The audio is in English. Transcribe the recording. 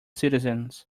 citizens